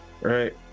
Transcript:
Right